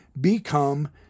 become